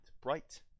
bright